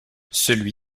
celui